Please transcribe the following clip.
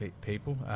people